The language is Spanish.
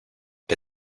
que